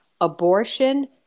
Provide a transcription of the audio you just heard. abortion